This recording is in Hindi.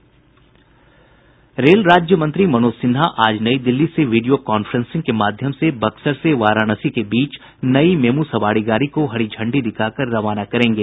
रेल राज्य मंत्री मनोज सिन्हा आज नई दिल्ली से वीडियो कान्फ्रेंसिंग के माध्यम से बक्सर से वाराणसी के बीच नई मेमू सवारी गाड़ी को हरी झंड़ी दिखाकर रवाना करेंगे